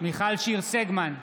מיכל שיר סגמן,